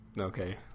okay